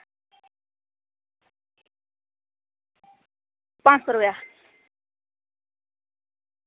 पंज सौ रपेआ